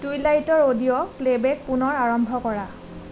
টুইলাইটৰ audio playback পুনৰ আৰম্ভ কৰা